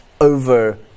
over